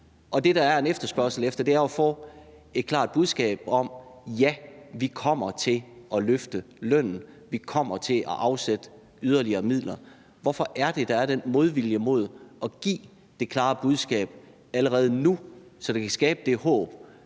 og det, der er en efterspørgsel efter, er at få et klart budskab om, at ja, vi kommer til at løfte lønnen, vi kommer til at afsætte yderligere midler. Hvorfor er det, at der er den modvilje mod at give det klare budskab allerede nu, så det kan skabe det håb